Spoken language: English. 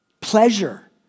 Pleasure